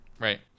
right